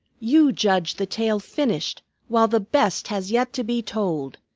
you judge the tale finished while the best has yet to be told.